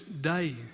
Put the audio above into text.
day